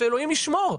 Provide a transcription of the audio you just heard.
שאלוהים ישמור,